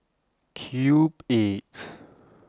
Cube eight